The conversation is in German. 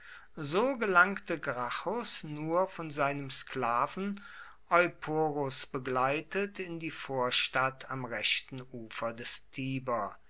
so gelangte gracchus nur von seinem sklaven euporus begleitet in die vorstadt am rechten ufer des